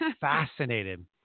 fascinated